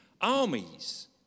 armies